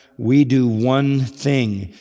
we do one thing,